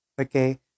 okay